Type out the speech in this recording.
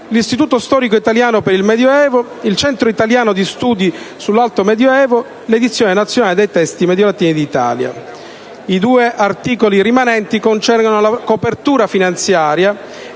l'Istituto storico italiano per il medio evo, il Centro italiano di studi sull'alto medioevo, nonché l'Edizione nazionale dei testi mediolatini d'Italia. I due articoli rimanenti concernono la copertura finanziaria